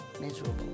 miserable